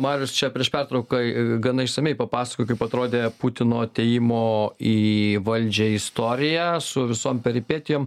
marius čia prieš pertrauką gana išsamiai papasako kaip atrodė putino atėjimo į valdžią istorija su visom peripetijom